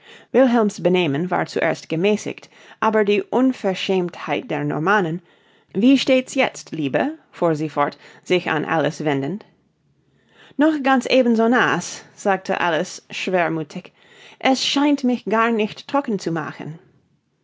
wilhelms benehmen war zuerst gemäßigt aber die unverschämtheit der normannen wie steht's jetzt liebe fuhr sie fort sich an alice wendend noch ganz eben so naß sagte alice schwermüthig es scheint mich gar nicht trocken zu machen